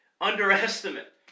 underestimate